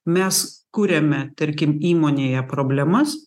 mes kuriame tarkim įmonėje problemas